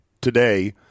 today